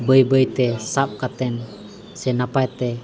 ᱵᱟᱹᱭᱼᱵᱟᱹᱭᱛᱮ ᱥᱟᱵ ᱠᱟᱛᱮᱫ ᱥᱮ ᱱᱟᱯᱟᱭ ᱛᱮ